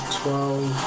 twelve